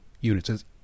units